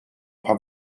paar